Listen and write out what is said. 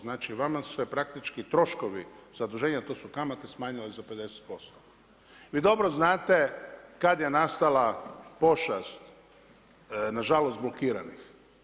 Znači, vama su se praktički troškovi zaduženja to su kamate, smanjile za 50% Vi dobro znate kada je nastala pošast na žalost blokiranih.